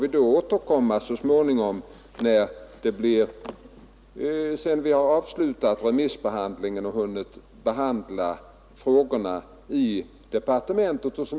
Vi får så småningom återkomma, sedan vi avslutat remissbehandlingen och hunnit behandla frågorna i departementet.